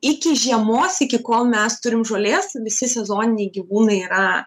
iki žiemos iki kol mes turim žolės visi sezoniniai gyvūnai yra